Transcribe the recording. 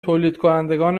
تولیدکنندگان